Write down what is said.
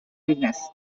weaknesses